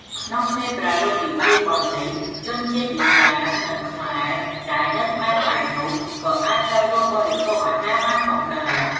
ក្នុងពេលប្រារព្ធពិធីបុណ្យនេះ ជនជាតិឥស្លាម និងខ្មែរដែលនៅក្បែរៗនោះក៏អាចចូលរួមបរិភោគអាហារបានផងដែរ។